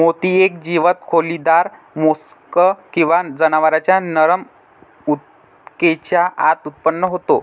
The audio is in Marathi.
मोती एक जीवंत खोलीदार मोल्स्क किंवा जनावरांच्या नरम ऊतकेच्या आत उत्पन्न होतो